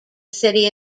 city